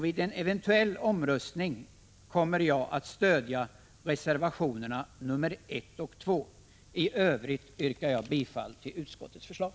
Vid en eventuell omröstning kommer jag att stödja reservationerna nr 1 och 2. I övrigt yrkar jag bifall till utskottets förslag.